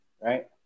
right